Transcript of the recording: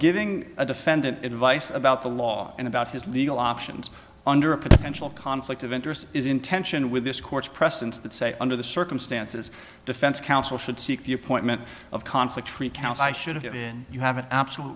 giving a defendant advice about the law and about his legal options under a potential conflict of interest is in tension with this court's precedents that say under the circumstances defense council should seek the appointment of conflict free counts i should have given you have an absolute